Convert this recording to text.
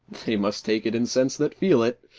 they must take it in sense that feel it.